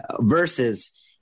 versus